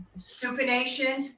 supination